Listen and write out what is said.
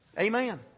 Amen